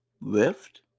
lift